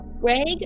Greg